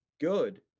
good